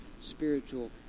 spiritual